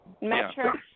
metrics